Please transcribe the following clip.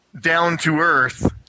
down-to-earth